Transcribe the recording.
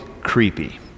creepy